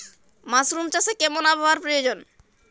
Mushroom চাষে কেমন আবহাওয়ার প্রয়োজন?